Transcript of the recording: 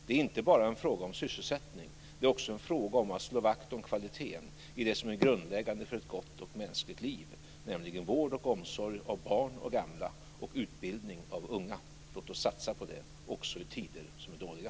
Det är inte bara en fråga om sysselsättning, utan det är också en fråga om att slå vakt om kvaliteten i det som är grundläggande för ett gott och mänskligt liv, nämligen vård och omsorg av barn och gamla samt utbildning av unga. Låt oss satsa på det också i tider som är dåliga!